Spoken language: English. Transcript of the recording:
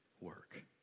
work